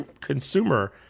consumer